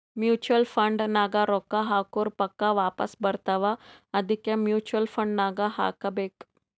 mutual fund ನಾಗ್ ರೊಕ್ಕಾ ಹಾಕುರ್ ಪಕ್ಕಾ ವಾಪಾಸ್ ಬರ್ತಾವ ಅದ್ಕೆ ಮೂಚುವಲ್ ಫಂಡ್ ನಾಗ್ ಹಾಕಬೇಕ್